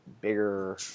bigger